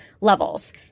levels